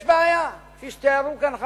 יש בעיה כפי שתיארו כאן חברי.